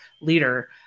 leader